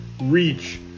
reach